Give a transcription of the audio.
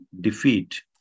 defeat